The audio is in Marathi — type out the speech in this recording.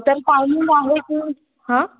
तर टायमिंग आहे ते हां